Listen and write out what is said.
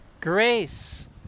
grace